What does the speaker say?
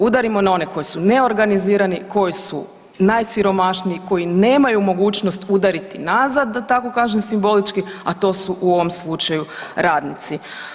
Udarimo na one koji su neorganizirani, koji su najsiromašniji, koji nemaju mogućnost udariti nazad da tako kažem simbolički, a to su u ovom slučaju radnici.